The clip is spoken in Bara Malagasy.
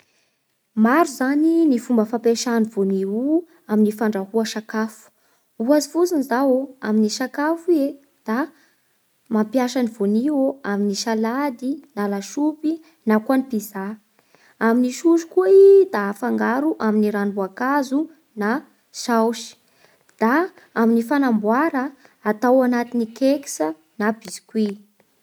Maro zany ny fomba fampiasana voanio io amin'ny fandrahoa sakafo. Ohatsy fotsiny izao amin'ny sakafo ie da mampiasa ny voanio amin'ny salady na lasopy na koa ny pizza. Amin'ny sosy koa i da afangaro amin'ny ranom-boankazo na saosy. Da amin'ny fanamboara atao anatin'ny keiksa na biscuit.